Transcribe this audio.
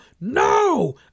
No